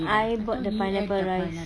I bought the pineapple rice